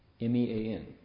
M-E-A-N